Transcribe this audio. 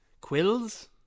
Quills